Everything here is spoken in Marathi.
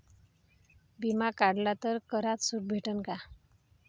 बिमा काढला तर करात सूट भेटन काय?